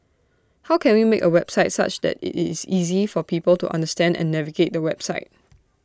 how can we make A website such that IT is easy for people to understand and navigate the website